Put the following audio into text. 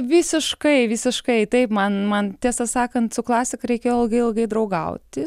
visiškai visiškai taip man man tiesą sakant su klasika reikėjo ilgai ilgai draugauti